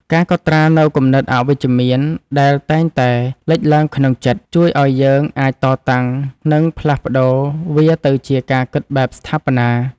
ការកត់ត្រានូវគំនិតអវិជ្ជមានដែលតែងតែលេចឡើងក្នុងចិត្ត ជួយឱ្យយើងអាចតតាំង និងផ្លាស់ប្តូរវាទៅជាការគិតបែបស្ថាបនា។